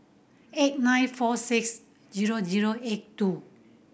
eight nine four six zero zero eight two